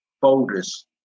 folders